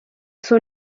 suo